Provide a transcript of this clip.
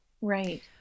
Right